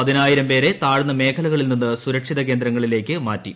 പതിനായിരംപേരെ താഴ്ന്ന മേഖലകളിൽ നിന്ന് സുരക്ഷിത കേന്ദ്രങ്ങളിലേക്ക് മാറ്റി